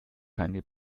keine